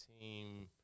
team